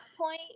point